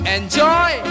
Enjoy